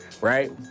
right